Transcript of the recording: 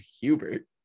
Hubert